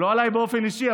לא עליי באופן אישי,